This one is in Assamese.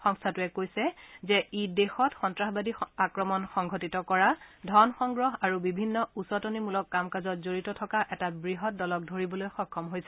সংস্থাটোৱে কৈছে যে ই দেশত সন্নাসবাদী আক্ৰমণ সংঘটিত কৰা ধন সংগ্ৰহ আৰু বিভিন্ন উচতনিমুলক কাম কাজত জড়িত থকা এটা বৃহৎ দলক ধৰিবলৈ সক্ষম হৈছে